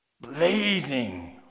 blazing